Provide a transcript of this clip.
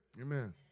Amen